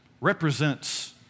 represents